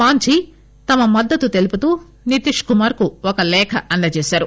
మాంర్మీ తమ మద్దతు తెలుపుతూ నితిశ్ కుమార్ కు ఒక లేఖ అందజేశారు